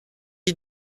est